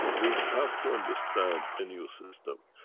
we have to understand a new system.